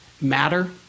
matter